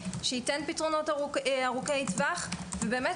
שהוא ייתן פתרונות ארוכי טווח ושבאמת